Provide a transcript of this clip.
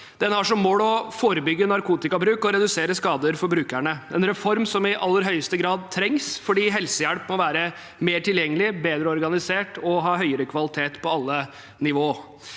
som har som mål å forebygge narkotikabruk og redusere skader for brukerne. Dette er en reform som i aller høyeste grad trengs, for helsehjelp må være mer tilgjengelig, bedre organisert og ha høyere kvalitet på alle nivåer.